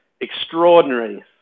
extraordinary